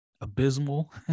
abysmal